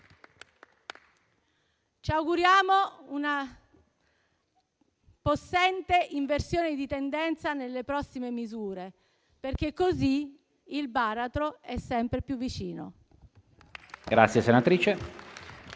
Ci auguriamo una possente inversione di tendenza nelle prossime misure, perché così il baratro è sempre più vicino.